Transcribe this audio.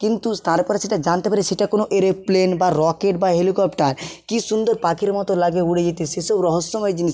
কিন্তু তারপরে সেটা জানতে পারি সেটা কোনো এরেপ্লেন বা রকেট বা হেলিকপ্টার কী সুন্দর পাখির মতো লাগে উড়ে যেতে সেসব রহস্যময় জিনিস